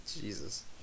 Jesus